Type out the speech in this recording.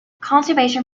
conservation